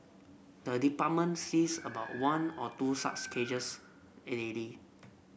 the department sees about one or two such cases daily